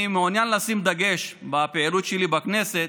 אני מעוניין לשים דגש בפעילות שלי בכנסת